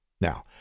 Now